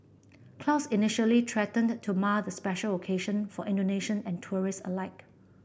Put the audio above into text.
clouds initially threatened to mar the special occasion for Indonesian and tourist alike